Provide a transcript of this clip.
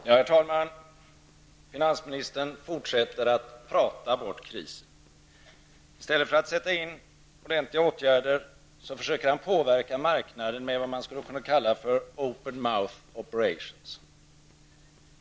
Herr talman! Finansministern fortsätter att prata bort krisen. I stället för att sätta in ordentliga åtgärder försöker han påverka marknaden med vad man skulle kunna kalla för open mouth operations.